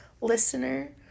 listener